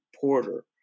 porter